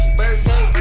birthday